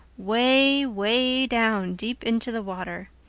way, way down, deep into the water.